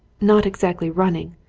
not exactly running,